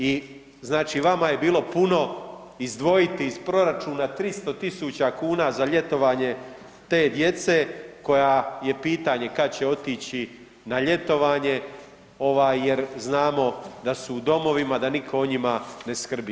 I znači vama je bilo puno izdvojiti iz proračuna 300.000 kuna za ljetovanje te djece koja je pitanje kad će otići na ljetovanje, ovaj jer znamo da su u domovima, da niko o njima ne skrbi.